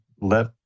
let